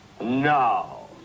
No